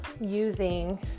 using